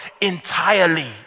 entirely